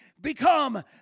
become